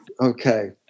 Okay